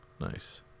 Nice